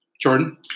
Jordan